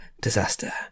disaster